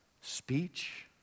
speech